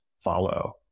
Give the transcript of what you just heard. follow